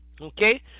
okay